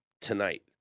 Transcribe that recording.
tonight